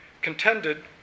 contended